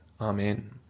Amen